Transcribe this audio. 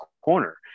corner